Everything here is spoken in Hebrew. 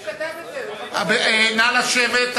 הוא כתב את זה, נא לשבת.